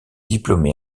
diplômé